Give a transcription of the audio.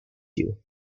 you